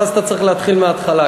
ואז אתה צריך להתחיל מההתחלה.